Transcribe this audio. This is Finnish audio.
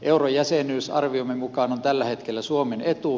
eurojäsenyys arviomme mukaan on tällä hetkellä suomen etu